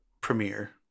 premiere